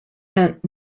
meant